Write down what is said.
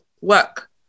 work